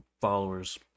Followers